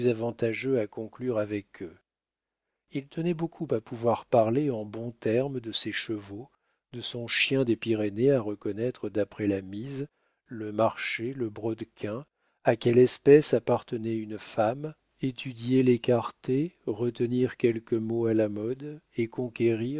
avantageux à conclure avec eux il tenait beaucoup à pouvoir parler en bons termes de ses chevaux de son chien des pyrénées à reconnaître d'après la mise le marcher le brodequin à quelle espèce appartenait une femme étudier l'écarté retenir quelques mots à la mode et conquérir